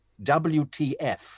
WTF